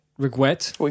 Regret